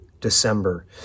December